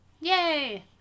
Yay